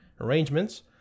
arrangements